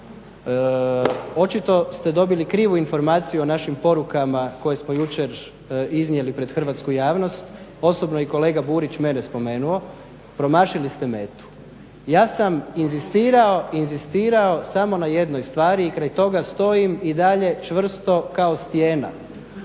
Očito ste dobili krivu informaciju o našim porukama koje smo jučer iznijeli pred hrvatsku javnost. Osobno je kolega Burić mene spomenuo. Promašili ste metu. Ja sam inzistirao samo na jednoj stvari i kraj toga stojim i dalje čvrsto kao stijena.